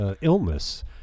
illness